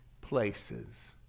places